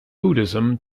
buddhism